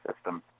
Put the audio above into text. system